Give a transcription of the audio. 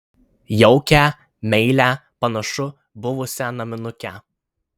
jaukią meilią panašu buvusią naminukę